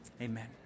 amen